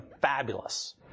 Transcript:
fabulous